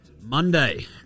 Monday